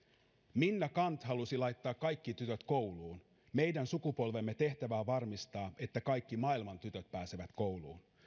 minna canth halusi laittaa kaikki tytöt kouluun meidän sukupolvemme tehtävä on varmistaa että kaikki maailman tytöt pääsevät kouluun